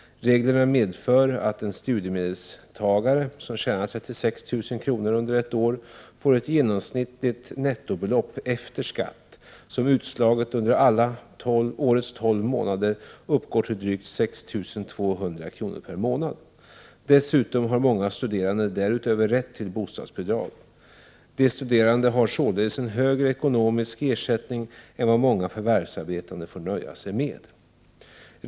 Reglerna medför att en studiemedelstagare som tjänar 36 000 kr. under ett år får ett genomsnittligt nettobelopp efter skatt som utslaget under årets alla tolv månader uppgår till drygt ca 6 200 kr. per månad. Dessutom har många studerande därutöver rätt till bostadsbidrag. De studerande har således en högre ekonomisk ersättning än vad många förvärvsarbetande får nöja sig med.